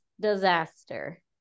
disaster